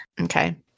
Okay